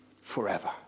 forever